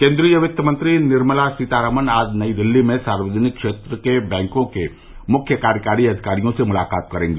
केन्द्रीय वित्तमंत्री निर्मला सीतारामन आज नई दिल्ली में सार्वजनिक क्षेत्र के बैंकों के मुख्य कार्यकारी अधिकारियों से मुलाकात करेंगी